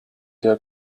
der